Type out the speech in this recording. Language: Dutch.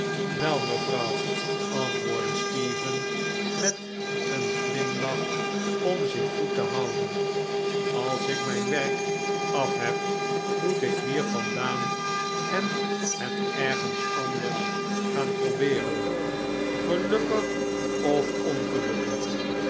wel mevrouw antwoordde stephen met een glimlach om zich goed te houden als ik myn werk af heb moet ik hier vandaan en het ergens anders gaan probeeren gelukkig of ongelukkig